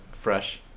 fresh